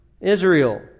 Israel